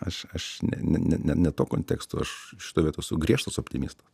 aš aš ne ne ne ne to konteksto aš toj vietoj esu griežtas optimistas